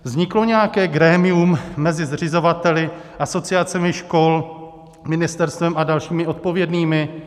Vzniklo nějaké grémium mezi zřizovateli, asociacemi škol, ministerstvem a dalšími odpovědnými?